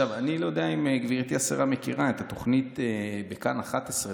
אני לא יודע אם גברתי השרה מכירה את התוכנית בכאן 11,